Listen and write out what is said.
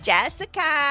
Jessica